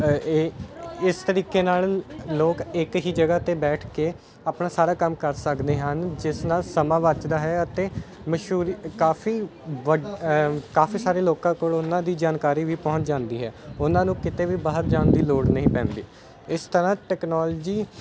ਇਹ ਇਸ ਤਰੀਕੇ ਨਾਲ ਲੋਕ ਇੱਕ ਹੀ ਜਗ੍ਹਾ 'ਤੇ ਬੈਠ ਕੇ ਆਪਣਾ ਸਾਰਾ ਕੰਮ ਕਰ ਸਕਦੇ ਹਨ ਜਿਸ ਨਾਲ ਸਮਾਂ ਬਚਦਾ ਹੈ ਅਤੇ ਮਸ਼ਹੂਰੀ ਕਾਫੀ ਵਡ ਕਾਫੀ ਸਾਰੇ ਲੋਕਾਂ ਕੋਲੋਂ ਉਹਨਾਂ ਦੀ ਜਾਣਕਾਰੀ ਵੀ ਪਹੁੰਚ ਜਾਂਦੀ ਹੈ ਉਹਨਾਂ ਨੂੰ ਕਿਤੇ ਵੀ ਬਾਹਰ ਜਾਣ ਦੀ ਲੋੜ ਨਹੀਂ ਪੈਂਦੀ ਇਸ ਤਰ੍ਹਾਂ ਟੈਕਨੋਲਜੀ